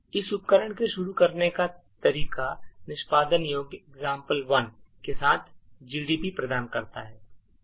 इस उपकरण को शुरू करने का तरीका निष्पादन योग्य example1 के साथ gdb प्रदान करना है